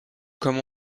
comme